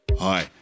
Hi